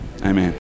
Amen